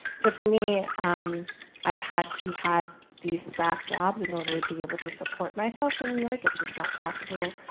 so for me um i've had to have these staff jobs in order to be able to support myself in new york. it's just not possible,